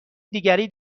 دیگری